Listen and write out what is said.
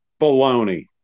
Baloney